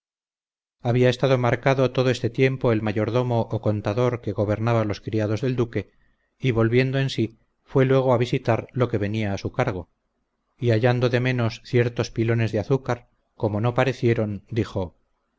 había estado marcado todo este tiempo el mayordomo o contador que gobernaba los criados del duque y volviendo en sí fue luego a visitar lo que venía a su cargo y hallando de menos ciertos pilones de azúcar como no parecieron dijo